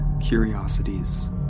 curiosities